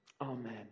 Amen